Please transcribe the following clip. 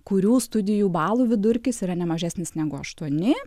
kurių studijų balų vidurkis yra ne mažesnis negu aštuoni